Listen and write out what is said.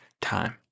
time